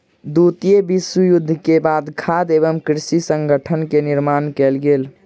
द्वितीय विश्व युद्ध के बाद खाद्य एवं कृषि संगठन के निर्माण कयल गेल